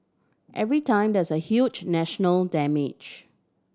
every time there is a huge national damage